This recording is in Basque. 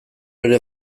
ere